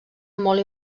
molt